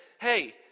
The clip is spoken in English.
hey